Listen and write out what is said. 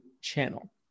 channel